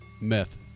meth